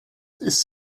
ist